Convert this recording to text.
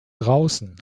draußen